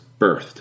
birthed